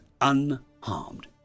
unharmed